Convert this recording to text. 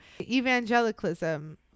evangelicalism